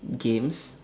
games